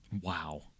Wow